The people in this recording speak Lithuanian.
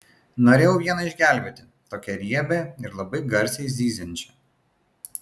norėjau vieną išgelbėti tokią riebią ir labai garsiai zyziančią